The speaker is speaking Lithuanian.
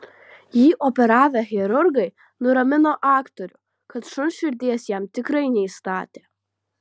jį operavę chirurgai nuramino aktorių kad šuns širdies jam tikrai neįstatė